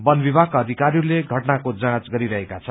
वन विभागका अधिकारीहरूले घटनाको जाँच गरिरहेका छन्